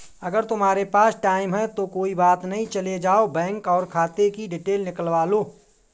अगर तुम्हारे पास टाइम है तो कोई बात नहीं चले जाओ बैंक और खाते कि डिटेल निकलवा लो